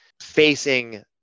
facing